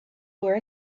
were